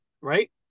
Right